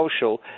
social